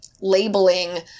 labeling